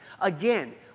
Again